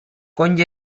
கொஞ்ச